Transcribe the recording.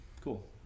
cool